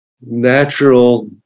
natural